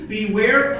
Beware